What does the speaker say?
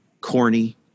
corny